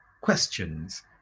questions